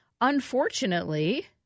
Unfortunately